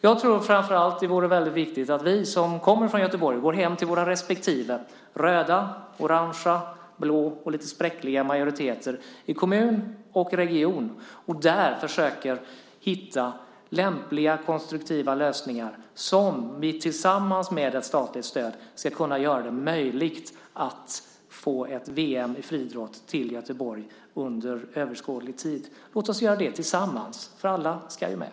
Jag tror framför allt att det är viktigt att vi som kommer från Göteborg går hem till våra respektive majoriteter - röda, orange, blå och lite spräckliga - i kommun och region och där försöker hitta lämpliga, konstruktiva lösningar som tillsammans med ett statligt stöd ska kunna göra det möjligt att få ett VM i friidrott till Göteborg inom överskådlig tid. Låt oss göra det tillsammans, för alla ska ju med.